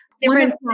Different